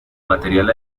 material